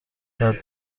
باید